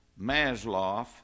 Maslow